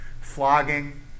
flogging